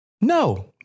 No